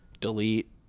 delete